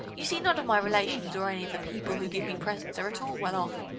you see, none of my relations or any of the people who give me presents are at all well off,